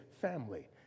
family